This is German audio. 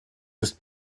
ist